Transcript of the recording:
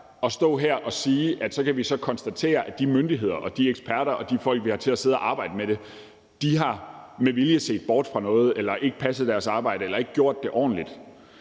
at stå her og sige, at vi så kan konstatere, at de myndigheder, de eksperter og de folk, vi har til at sidde og arbejde med det, med vilje har set bort fra noget, ikke passet deres arbejde eller ikke gjort det ordentligt.